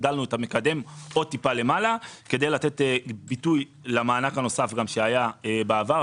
הגדלנו את המקדם עוד קצת למעלה כדי לתת ביטוי למענק הנוסף שהיה בעבר,